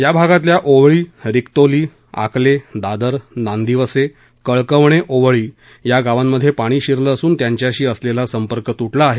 या भागातल्या ओवळी रिक्तोली आकले दादर नांदिवसे कळकवणे ओवळी या गावांमधे पाणी शिरलं असून त्यांच्याशी असलेला संपर्क तुटला आहे